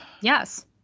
Yes